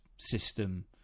system